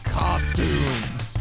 costumes